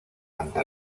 ante